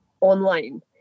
online